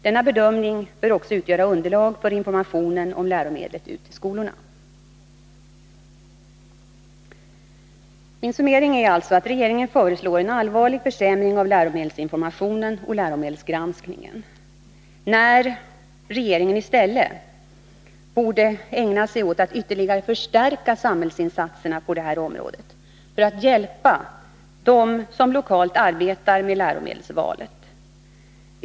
Denna bedömning bör också utgöra underlag för informationen om läromedlet ut till skolorna. Min summering är alltså att regeringen föreslår en allvarlig försämring av läromedelsinformationen och läromedelsgranskningen, när regeringen i stället borde ägna sig åt att ytterligare förstärka samhällsinsatserna på detta område för att hjälpa dem som lokalt arbetar med läromedelsvalet.